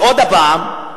ועוד פעם,